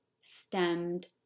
stemmed